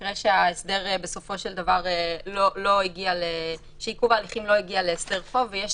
במקרה שעיכוב ההליכים לא הגיע להסדר חוב ויש